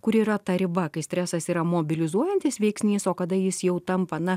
kur yra ta riba kai stresas yra mobilizuojantis veiksnys o kada jis jau tampa na